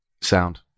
Sound